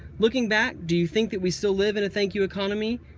looking back do you think that we still live in a thank you economy?